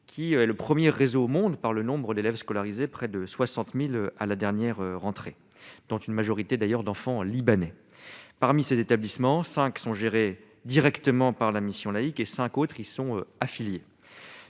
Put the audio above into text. qui est le 1er réseau au monde par le nombre d'élèves scolarisés, près de 60000 à la dernière rentrée, dont une majorité d'ailleurs d'enfants libanais parmi ces établissements, 5 sont gérés directement par la Mission laïque et 5 autres y sont affiliés,